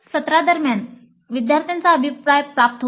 सत्रादरम्यान विद्यार्थ्यांचा अभिप्राय प्राप्त होतो